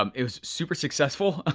um it was super successful ah